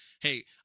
Hey –